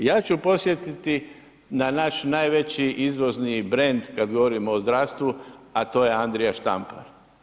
Ja ću podsjetiti na naš najveći izvozni brend kad govorimo o zdravstvu, a to je Andrija Štampar.